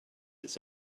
its